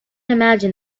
imagine